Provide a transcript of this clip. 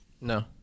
No